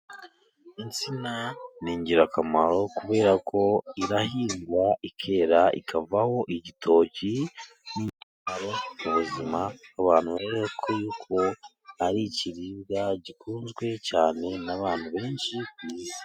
Insina ni ingirakamaro kubera ko irahingwa ikera ikavaho igitoki. Ni ingirakamaro mu buzima bw'abantu, kubera y'uko ari ikiribwa gikunzwe cyane n'abantu benshi ku isi.